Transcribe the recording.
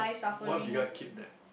what if we got kidnapped